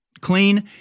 clean